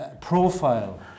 profile